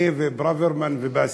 אני וברוורמן ובאסל.